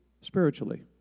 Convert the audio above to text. spiritually